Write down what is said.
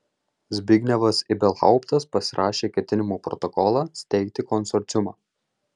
zbignevas ibelhauptas pasirašė ketinimų protokolą steigti konsorciumą